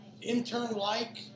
intern-like